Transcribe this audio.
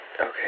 Okay